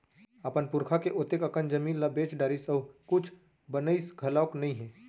अपन पुरखा के ओतेक अकन जमीन ल बेच डारिस अउ कुछ बनइस घलोक नइ हे